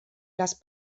les